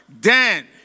Dan